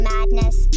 Madness